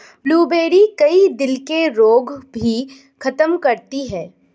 blueberry, कई दिल के रोग भी खत्म करती है